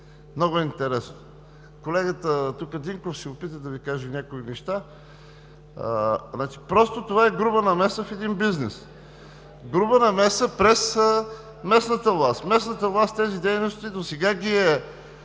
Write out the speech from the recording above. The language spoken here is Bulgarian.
много е интересно. Колегата Динков се опита да Ви каже някои неща – просто това е груба намеса в един бизнес, груба намеса през местната власт. Местната власт тези дейности досега ги е